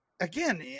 again